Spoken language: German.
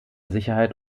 sicherheit